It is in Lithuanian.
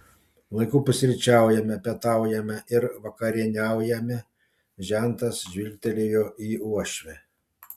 laiku pusryčiaujame pietaujame ir vakarieniaujame žentas žvilgtelėjo į uošvę